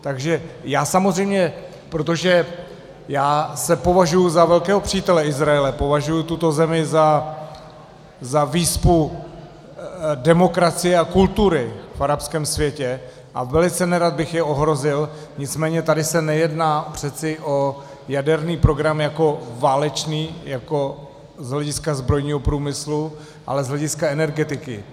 Takže já samozřejmě, protože se považuji za velkého přítele Izraele, považuji tuto zemi za výspu demokracie a kultury v arabském světě a velice nerad bych je ohrozil, nicméně tady se nejedná přeci o jaderný program jako válečný, z hlediska zbrojního průmyslu, ale z hlediska energetiky.